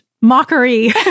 mockery